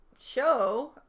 show